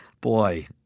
boy